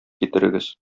китерегез